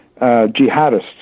jihadists